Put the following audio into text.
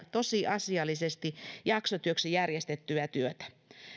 tosiasiallisesti jaksotyöksi järjestettyä työtä